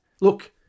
Look